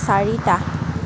চাৰিটা